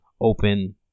open